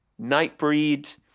Nightbreed